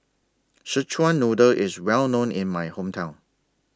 Szechuan Noodle IS Well known in My Hometown